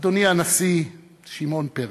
אדוני הנשיא שמעון פרס,